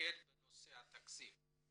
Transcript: מתמקדים בנושא התקציב.